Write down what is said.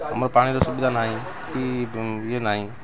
ଆମର ପାଣିର ସୁବିଧା ନାହିଁ କି ଇଏ ନାହିଁ